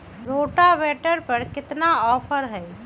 Rotavator पर केतना offer हव?